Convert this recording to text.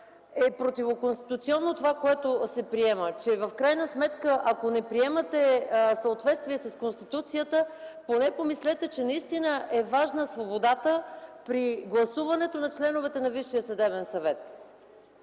е противоконституционно това, което се приема; че в крайна сметка, ако не приемате в съответствие с Конституцията, поне помислете, че наистина е важна свободата при гласуването на членовете на